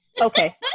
Okay